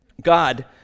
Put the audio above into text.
God